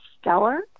stellar